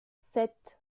sept